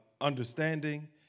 understanding